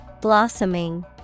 Blossoming